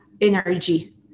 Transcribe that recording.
energy